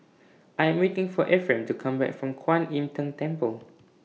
I Am waiting For Efrem to Come Back from Kuan Im Tng Temple